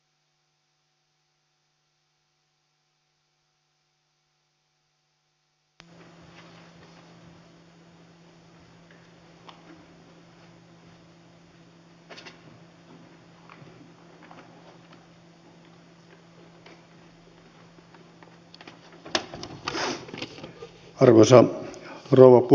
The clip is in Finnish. arvoisa rouva puhemies